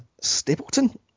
Stapleton